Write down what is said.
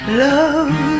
love